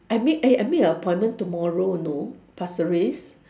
I make eh I make an appointment tomorrow you know pasir ris